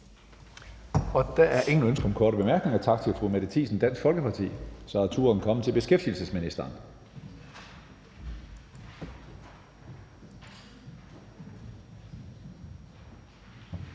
Der er ingen ønsker om korte bemærkninger. Tak til fru Mette Thiesen, Dansk Folkeparti. Så er turen kommet til beskæftigelsesministeren.